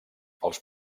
els